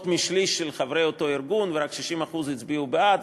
משליש מחברי אותו ארגון ורק 60% הצביעו בעד.